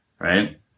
right